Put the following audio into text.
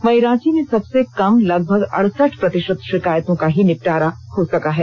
वहीं रांची में सबसे कम लगभग अड़सठ प्रतिशत शिकायतों का ही निपटारा हो सका है